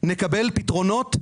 נקבל פתרונות.